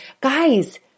Guys